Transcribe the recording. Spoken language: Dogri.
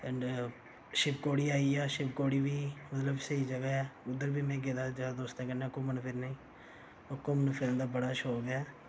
एह् शिवखोड़ी आई गेआ शिवखोड़ी बी मतलब स्हेई जगह ऐ उद्धर बी मैं गेदा जारें दोस्तें कन्नै घुम्मने फिरने गी होर घूमने फिरने दा बड़ा शौक ऐ